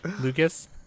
Lucas